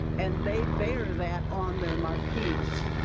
and they bear that on their marquees.